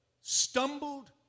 stumbled